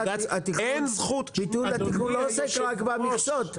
אין זכות אדוני היושב-ראש --- ביטול התיקון לא עוסק רק במכסות,